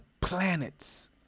planets